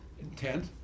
intent